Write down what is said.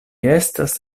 estas